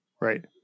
right